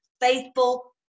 faithful